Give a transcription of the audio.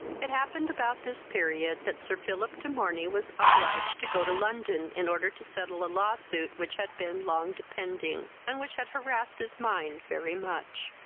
it happened about this period that sir philip de morney was obliged to go to london in order to settle a law-suit which had been long depending, and which had harassed his mind very much.